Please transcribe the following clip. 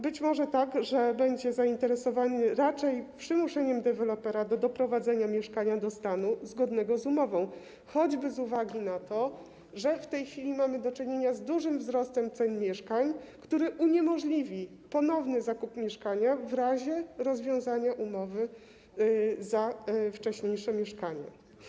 Być może będzie tak, że będzie zainteresowany raczej przymuszeniem dewelopera do doprowadzenia mieszkania do stanu zgodnego z umową, choćby z uwagi na to, że w tej chwili mamy do czynienia z dużym wzrostem cen mieszkań, który uniemożliwi ponowny zakup mieszkania w razie rozwiązania umowy za wcześniejsze mieszkanie.